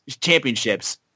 Championships